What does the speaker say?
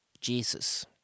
Jesus